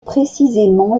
précisément